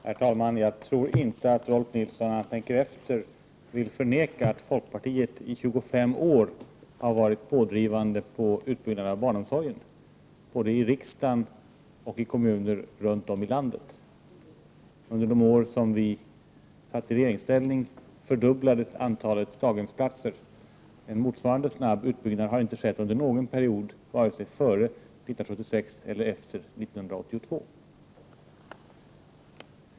Herr talman! Jag tror inte att Rolf Nilson när han tänker efter vill förneka att folkpartiet i 25 år har varit pådrivande när det gäller utbyggnaden av barnomsorgen, både i riksdagen och i kommuner runt om i landet. Under de år som vi satt i regeringsställning fördubblades antalet daghemsplatser. En motsvarande snabb utbyggnad har inte skett under någon annan period, varken före 1976 eller efter 1982.